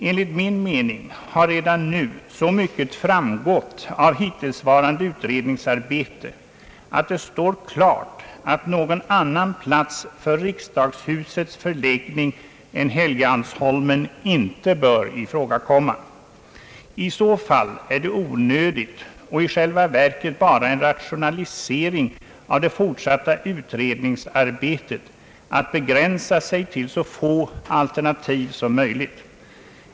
Enligt min mening har redan nu så mycket framgått av det utredningsarbete som hittills utförts att det står klart att någon annan plats för riksdagshusets förläggning än Helgeands holmen inte bör ifrågakomma. I så fall är det i själva verket endast en rationalisering av det fortsatta utredningsarbetet att begränsa sig till så få alternativ som möjligt.